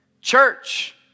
Church